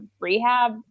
rehab